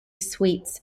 sweets